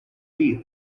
field